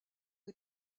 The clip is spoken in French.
est